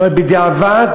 בדיעבד